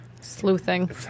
Sleuthing